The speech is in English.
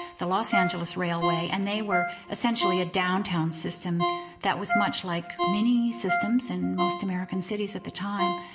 the los angeles railway, and they were essentially a downtown system that was much like many systems on and most american cities at the time.